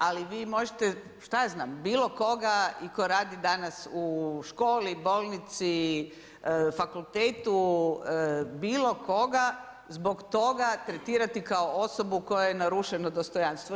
Ali vi možete šta ja znam bilo koga i tko radi danas u školi, bolnici, fakultetu, bilo koga zbog toga tretirati kao osobu kojoj je narušeno dostojanstvo.